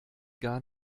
gar